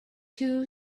two